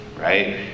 right